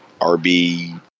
RB